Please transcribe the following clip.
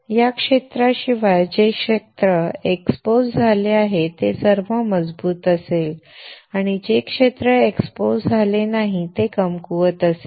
या क्षेत्राशिवाय जे क्षेत्र एक्सपोज झाले आहे ते सर्व मजबूत असेल आणि जे क्षेत्र एक्सपोज नाही ते कमकुवत असेल